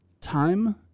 time